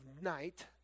night